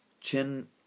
Chin